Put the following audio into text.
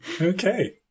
Okay